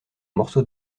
morceau